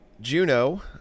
Juno